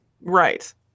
right